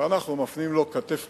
ואנחנו מפנים לו כתף קרה.